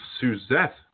Suzette